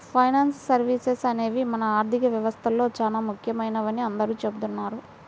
finance services అనేవి మన ఆర్థిక వ్యవస్థలో చానా ముఖ్యమైనవని అందరూ చెబుతున్నారు